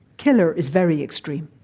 killer is very extreme,